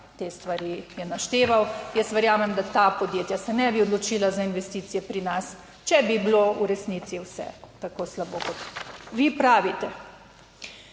te stvari je našteval. Jaz verjamem, da ta podjetja se ne bi odločila za investicije pri nas, če bi bilo v resnici vse tako slabo, kot vi pravite.